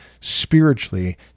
spiritually